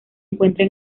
encuentra